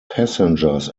passengers